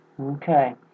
Okay